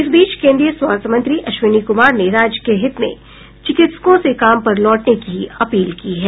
इस बीच कोन्द्रीय स्वास्थ्य मंत्री अश्विनी कुमार ने राज्य के हित में चिकित्सकों से काम पर वापस लौटने की अपील की है